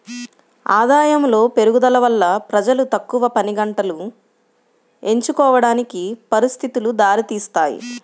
ఆదాయములో పెరుగుదల వల్ల ప్రజలు తక్కువ పనిగంటలు ఎంచుకోవడానికి పరిస్థితులు దారితీస్తాయి